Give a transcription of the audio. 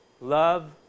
love